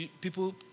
people